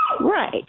Right